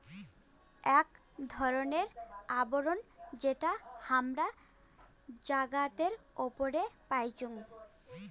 আক ধরণের আবরণ যেটা হামরা জাগাতের উপরে পাইচুং